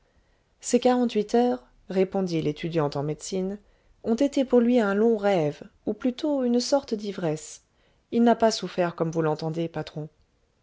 ces quarante-huit heures répondit l'étudiant en médecine ont été pour lui un long rêve ou plutôt une sorte d'ivresse il n a pas souffert comme vous l'entendez patron